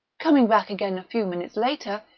coming back again a few minutes later,